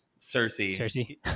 cersei